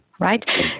right